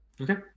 Okay